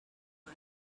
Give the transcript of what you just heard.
for